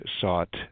sought